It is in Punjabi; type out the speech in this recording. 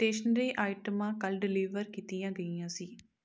ਸਟੇਸ਼ਨਰੀ ਆਈਟਮਾਂ ਕੱਲ੍ਹ ਡਿਲੀਵਰ ਕੀਤੀਆਂ ਗਈਆਂ ਸੀ